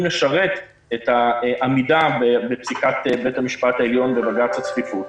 לשרת את העמידה בפסיקת בית המשפט העליון בבג"ץ הצפיפות.